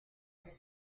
was